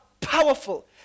powerful